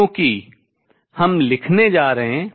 क्योंकि हम लिखने जा रहे हैं